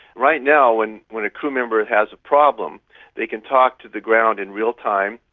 right now when when a crew member has a problem they can talk to the ground in real time,